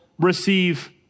receive